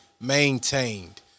maintained